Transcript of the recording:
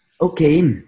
Okay